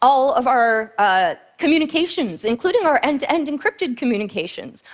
all of our ah communications, including our end-to-end encrypted communications.